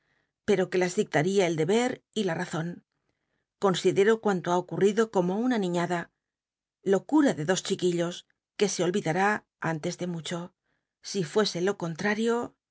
pero que las dictaría el deber y la razon considero cuanto ba ocurrido como una niiíada locura de dos chiquillos que se ohidtuá an tes de much si fuese lo contrario